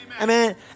Amen